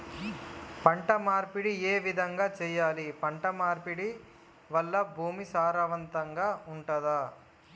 పంట మార్పిడి ఏ విధంగా చెయ్యాలి? పంట మార్పిడి వల్ల భూమి సారవంతంగా ఉంటదా?